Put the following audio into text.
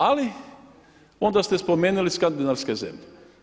Ali, onda ste spomenuli Skandinavske zemlje.